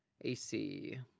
ac